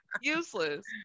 useless